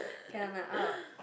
can lah uh